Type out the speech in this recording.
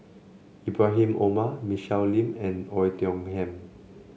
Ibrahim Omar Michelle Lim and Oei Tiong Ham